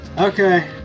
Okay